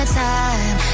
time